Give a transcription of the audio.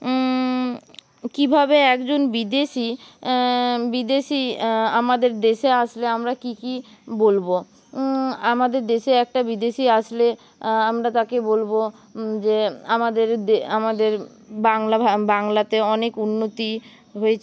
কীভাবে একজন বিদেশী বিদেশী আমাদের দেশে আসলে আমরা কী কী বলব আমাদের দেশে একটা বিদেশী আসলে আমরা তাকে বলব যে আমাদের আমাদের বাংলাতে অনেক উন্নতি হয়েছে